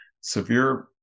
severe